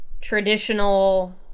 traditional